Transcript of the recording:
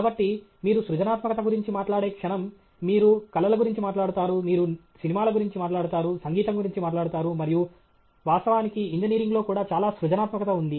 కాబట్టి మీరు సృజనాత్మకత గురించి మాట్లాడే క్షణం మీరు కళల గురించి మాట్లాడుతారు మీరు సినిమాల గురించి మాట్లాడుతారు సంగీతం గురించి మాట్లాడుతారు మరియు వాస్తవానికి ఇంజనీరింగ్లో కూడా చాలా సృజనాత్మకత ఉంది